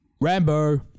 Rambo